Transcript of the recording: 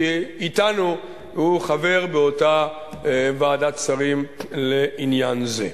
שאתנו הוא חבר באותה ועדת שרים לעניין זה.